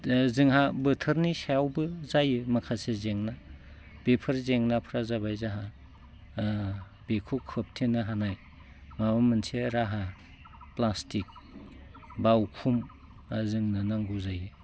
जोंहा बोथोरनि सायावबो जायो माखासे जेंना बेफोर जेंनाफोरा जाबाय जोंहा बेखौ खोबथेनो हानाय माबा मोनसे राहा प्लास्टिक बा उखुम जोंनो नांगौ जायो